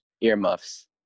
earmuffs